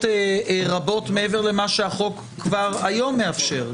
רבות מעבר למה שהחוק כבר היום מאפשר.